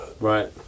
Right